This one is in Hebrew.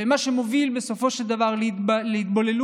מה שמוביל בסופו של דבר להתבוללות.